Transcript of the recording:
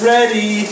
Ready